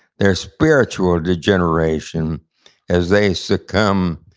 their spiritual degeneration as they succumb